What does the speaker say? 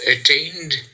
attained